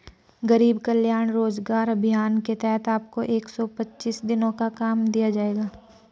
गरीब कल्याण रोजगार अभियान के तहत आपको एक सौ पच्चीस दिनों का काम दिया जाएगा